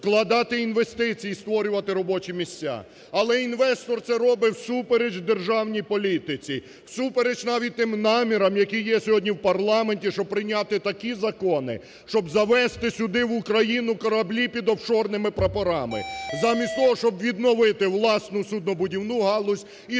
вкладати інвестиції і створювати робочі місця. Але інвестор це робить всупереч державній політиці, всупереч навіть тим намірам, які є сьогодні в парламенті, щоб прийняти такі закони, щоб завезти сюди в Україну кораблі під офшорними прапорами, замість того, щоб відновити власну суднобудівну галузь і